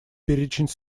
перечень